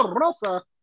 Rosa